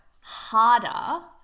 harder